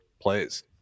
plays